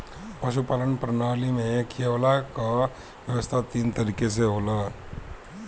पशुपालन प्रणाली में खियवला कअ व्यवस्था तीन तरीके से होला